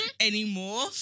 anymore